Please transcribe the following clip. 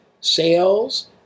sales